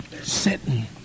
Sitting